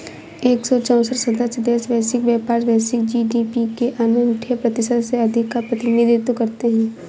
एक सौ चौसठ सदस्य देश वैश्विक व्यापार, वैश्विक जी.डी.पी के अन्ठान्वे प्रतिशत से अधिक का प्रतिनिधित्व करते हैं